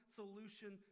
solution